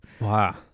Wow